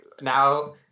now